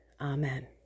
Amen